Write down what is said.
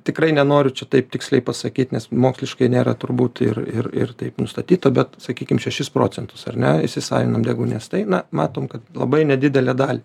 tikrai nenoriu čia taip tiksliai pasakyt nes moksliškai nėra turbūt ir ir ir taip nustatyta bet sakykim šešis procentus ar ne įsisavina deguonies tai na matom kad labai nedidelę dalį